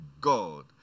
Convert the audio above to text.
God